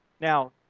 Now